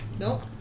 Nope